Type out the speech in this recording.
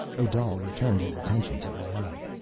odal returned his attention to leoh,